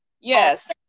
Yes